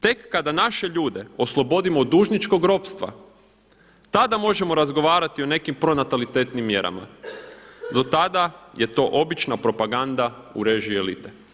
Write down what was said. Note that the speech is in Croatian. Tek kada naše ljude oslobodimo od dužničkog ropstva, tada možemo razgovarati o nekim pronatalitetnim mjerama, do tada je to obična propaganda u režiji elite.